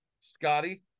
Scotty